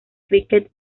cricket